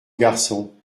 garçon